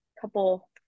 couple